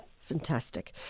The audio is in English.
Fantastic